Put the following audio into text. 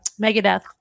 Megadeth